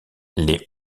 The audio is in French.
les